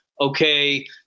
okay